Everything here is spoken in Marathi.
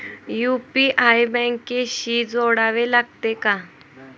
यु.पी.आय बँकेशी जोडावे लागते का?